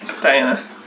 Diana